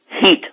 heat